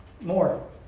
More